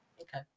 okay